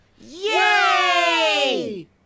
Yay